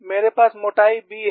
मेरे पास मोटाई B है